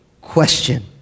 question